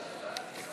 אין נמנעים.